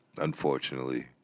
unfortunately